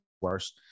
worse